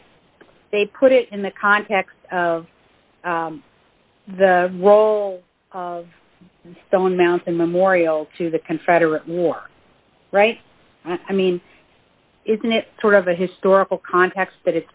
they put it in the context of the role of stone mountain memorial to the confederate war right i mean isn't it sort of a historical context but